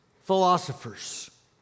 philosophers